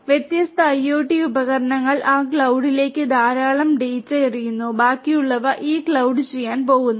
വ്യത്യസ്ത IoT ഉപകരണങ്ങൾ ആ ക്ലൌഡിലേക്ക് ധാരാളം ഡാറ്റ എറിയുന്നു ബാക്കിയുള്ളവ ഈ ക്ലൌഡ് ചെയ്യാൻ പോകുന്നു